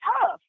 tough